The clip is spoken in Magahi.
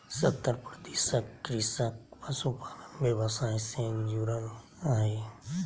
सत्तर प्रतिशत कृषक पशुपालन व्यवसाय से जुरल हइ